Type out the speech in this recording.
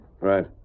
Right